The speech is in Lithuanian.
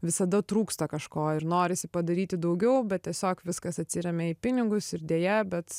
visada trūksta kažko ir norisi padaryti daugiau bet tiesiog viskas atsiremia į pinigus ir deja bet